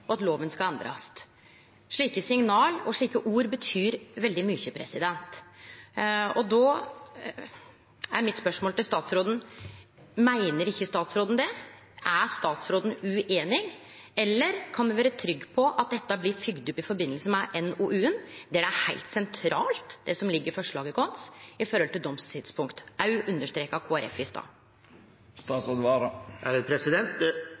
og at lova skal endrast. Slike signal og slike ord betyr veldig mykje. Då er mitt spørsmål til statsråden: Meiner ikkje statsråden det? Er statsråden ueinig, eller kan ein vere trygg på at dette blir fylgt opp i samband med NOU-en – der det er heilt sentralt, det som ligg i forslaget vårt, når det gjeld domstidspunkt? Det blei òg understreka av Kristeleg Folkeparti i